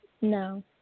No